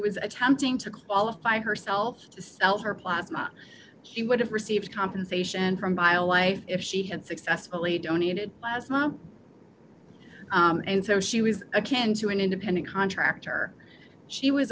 was attempting to qualify herself to sell her plasma she would have received compensation from by a wife if she had successfully donated and so she was akin to an independent contractor she was